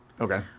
Okay